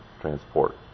transport